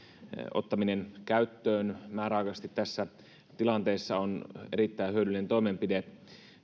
ottaminen käyttöön määräaikaisesti tässä tilanteessa on erittäin hyödyllinen toimenpide